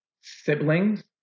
siblings